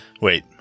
Wait